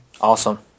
Awesome